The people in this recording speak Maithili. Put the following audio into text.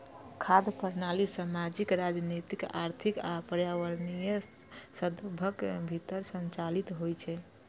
खाद्य प्रणाली सामाजिक, राजनीतिक, आर्थिक आ पर्यावरणीय संदर्भक भीतर संचालित होइ छै